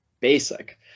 basic